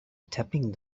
tapping